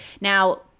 now